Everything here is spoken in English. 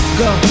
go